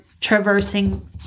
traversing